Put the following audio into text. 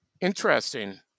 Interesting